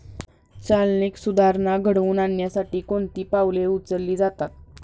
चालनीक सुधारणा घडवून आणण्यासाठी कोणती पावले उचलली जातात?